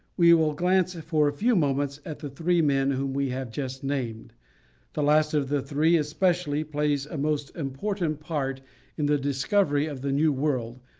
we will glance for a few moments at the three men whom we have just named the last of the three especially, plays a most important part in the discovery of the new world,